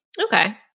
Okay